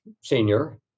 senior